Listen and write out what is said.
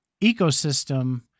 ecosystem